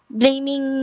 blaming